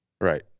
Right